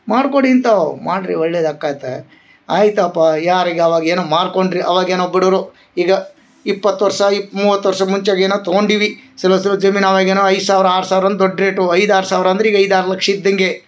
ಮಾಡ್ಕೊಡಿ ಇಂಥಾವ್ ಮಾಡ್ರಿ ಒಳ್ಳೇಯದು ಆಕತೆ ಆಯ್ತಪ್ಪ ಯಾರಿಗಾರ ಏನು ಮಾಡ್ಕೊಂಡ್ರಿ ಅವಾಗ ಏನೋ ಬಡುವರು ಈಗ ಇಪ್ಪತ್ತು ವರ್ಷ ಆಯ್ತ ಮೂವತ್ತು ವರ್ಷ ಮುಂಚೆ ಅದೆನೊ ತಗೊಂಡೀವಿ ಸೊಲ್ಪ ಸೊಲ್ಪ ಜಮೀನು ಅವಾಗ ಏನೋ ಐದು ಸಾವಿರ ಆರು ಸಾವಿರ ಅಂದ್ರ ದೊಡ್ಡ ರೇಟು ಐದು ಆರು ಸಾವಿರ ಅಂದ್ರ ಈಗ ಐದು ಆರು ಲಕ್ಷ ಇದ್ದಂಗೆ